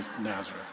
Nazareth